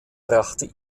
brachte